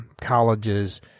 colleges